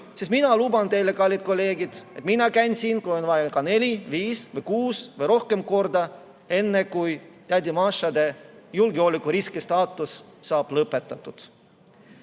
siis mina luban teile, kallid kolleegid, et mina käin siin, kui on vaja, neli, viis, kuus või rohkem korda, kuni tädi Mašade julgeolekuriski staatus saab lõpetatud.